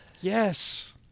Yes